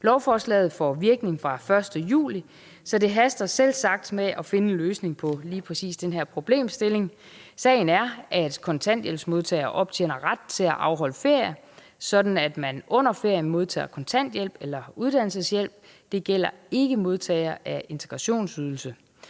Lovforslaget får virkning fra den 1. juli, så det haster selvsagt med at finde en løsning på lige præcis den her problemstilling. Sagen er, at kontanthjælpsmodtagere optjener ret til at afholde ferie, sådan at man under ferien modtager kontanthjælp eller uddannelseshjælp. Det gælder ikke modtagere af integrationsydelse.